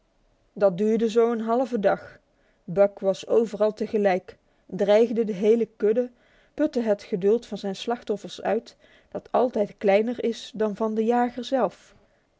dat duurde zo een halve dag buck was overal tegelijk dreigde de hele kudde putte het geduld van zijn slachtoffers uit dat altijd kleiner is dan dat van den jager zelf